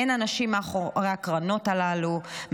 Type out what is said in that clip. אין אנשים מאחורי הקרנות הללו,